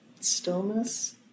stillness